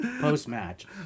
Post-match